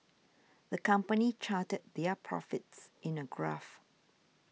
the company charted their profits in a graph